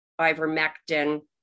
ivermectin